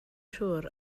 siŵr